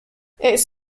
its